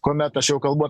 kuomet aš jau kalbu